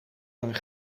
een